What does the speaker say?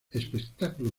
espectáculo